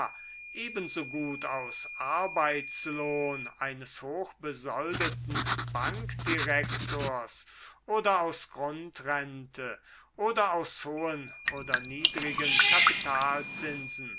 ebensogut aus arbeitslohn eines hochbesoldeten bankdirektors oder aus grundrente oder aus hohen oder niedrigen